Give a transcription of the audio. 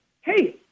hey